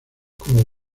como